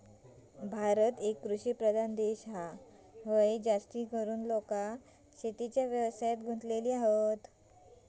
भारत एक कृषि प्रधान देश हा, हय जास्तीकरून लोका शेतीच्या व्यवसायात हत